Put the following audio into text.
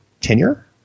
Tenure